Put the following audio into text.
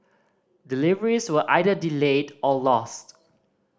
deliveries were either delayed or lost